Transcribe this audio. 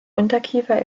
unterkiefer